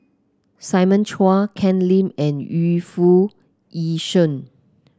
Simon Chua Ken Lim and Yu Foo Yee Shoon